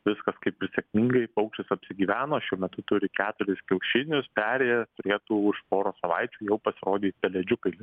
viskas kaip ir sėkmingai paukštis apsigyveno šiuo metu turi keturis kiaušinius peri turėtų už poros savaičių jau pasirodyt pelėdžiukai